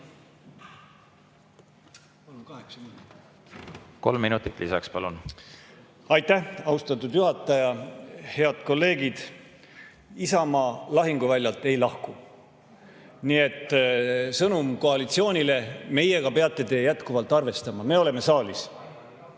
Kolm minutit lisaks, palun! Aitäh, austatud juhataja! Head kolleegid! Isamaa lahinguväljalt ei lahku, nii et sõnum koalitsioonile: meiega peate te jätkuvalt arvestama, me oleme saalis.